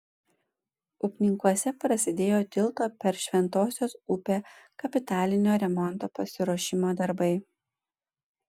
upninkuose prasidėjo tilto per šventosios upę kapitalinio remonto pasiruošimo darbai